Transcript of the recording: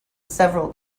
several